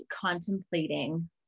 contemplating